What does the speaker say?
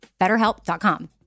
BetterHelp.com